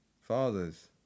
Fathers